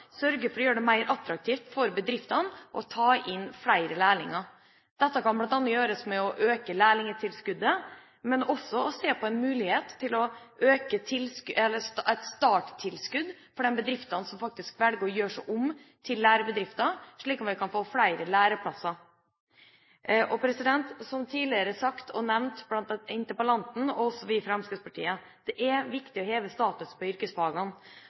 sørge for å gjøre det mer attraktivt for bedriftene å ta inn flere lærlinger. Dette kan bl.a. gjøres ved å øke lærlingtilskuddet, men også ved å se på muligheten for et starttilskudd for de bedriftene som velger å bli lærebedrifter, slik at vi kan få flere læreplasser. Som tidligere sagt – og også nevnt av interpellanten og av oss i Fremskrittspartiet: Det er viktig å heve statusen til yrkesfagene.